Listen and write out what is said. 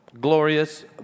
glorious